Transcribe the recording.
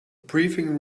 briefing